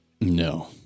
no